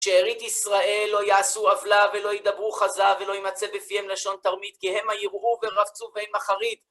שארית ישראל לא יעשו עוולה ולא ידברו חזה ולא יימצא בפיהם לשון תרמית, כי המה יראו ורבצו בהם אחרית.